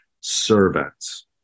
servants